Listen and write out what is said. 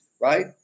right